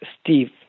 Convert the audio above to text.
Steve